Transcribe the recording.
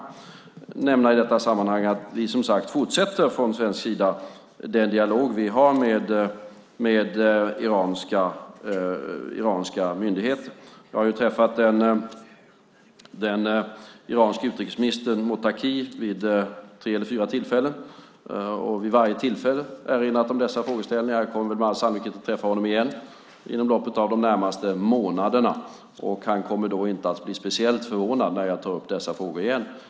Jag vill i detta sammanhang nämna att vi från svensk sida fortsätter den dialog vi har med iranska myndigheter. Jag har träffat den iranske utrikesministern Mottaki vid tre eller fyra tillfällen och vid varje tillfälle erinrat om dessa frågeställningar. Jag kommer med all sannolikhet att träffa honom igen inom loppet av de närmaste månaderna. Han kommer då inte att bli speciellt förvånad när jag tar upp dessa frågor igen.